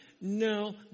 No